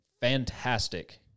fantastic